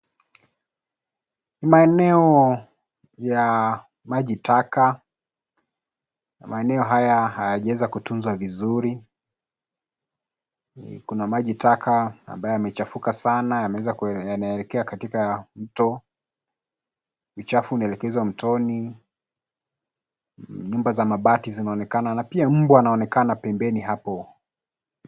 Maeneo ya maji taka, na maeneo haya hayajaweza kutunzwa vizuri. Kuna maji taka ambayo yamechafuka sana yameeza ku yanaelekea katika mto, uchafu unaelekezwa mtoni, nyumba za mabati zinaonekana na pia mbwa anaonekana pembeni hapo.